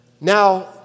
Now